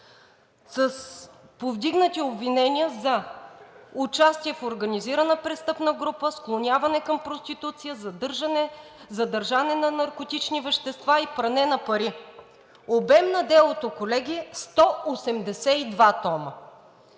с повдигнати обвинения за участие в организирана престъпна група, склоняване към проституция, задържане за притежание на наркотични вещества и пране на пари. Обем на делото, колеги, 182 тома.